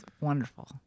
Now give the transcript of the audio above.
Wonderful